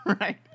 right